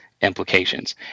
implications